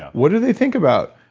what do they think about.